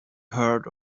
heard